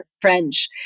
French